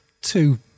two